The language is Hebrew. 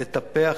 לטפח,